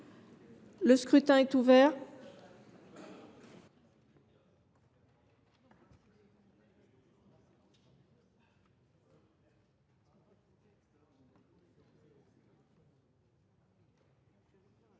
Le scrutin est ouvert.